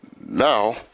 Now